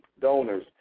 donors